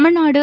Tamil Nadu